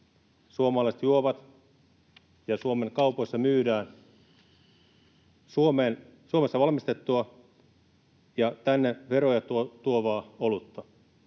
suomalaiset juovat ja Suomen kaupoissa myydään Suomessa valmistettua ja tänne veroja tuovaa olutta.